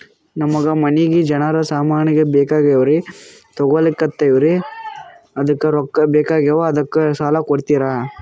ನಮಗ ಮನಿಗಿ ಜರ ಸಾಮಾನ ಬೇಕಾಗ್ಯಾವ್ರೀ ತೊಗೊಲತ್ತೀವ್ರಿ ಅದಕ್ಕ ರೊಕ್ಕ ಬೆಕಾಗ್ಯಾವ ಅದಕ್ಕ ಸಾಲ ಕೊಡ್ತಾರ?